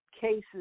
cases